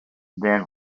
then